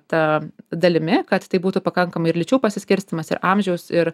ta dalimi kad tai būtų pakankamai ir lyčių pasiskirstymas ir amžiaus ir